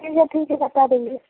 ठीक है ठीक है बता देंगे